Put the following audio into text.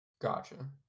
Gotcha